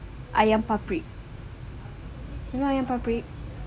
ayam paprik you know ayam paprik